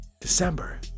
December